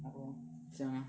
是 meh